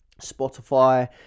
Spotify